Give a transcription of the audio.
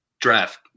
draft